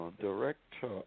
director